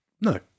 No